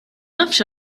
nafx